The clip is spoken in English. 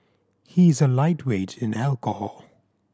he is a lightweight in alcohol